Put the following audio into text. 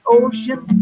ocean